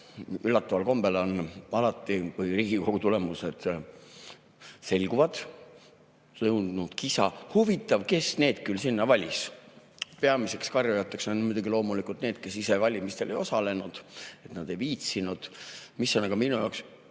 Üllataval kombel on alati, kui Riigikogu tulemused selguvad, õudne kisa: "Huvitav, kes need küll sinna valis?!" Peamised karjujad on loomulikult need, kes ise valimistel ei osalenud. Nad ei viitsinud. Mis aga on minu jaoks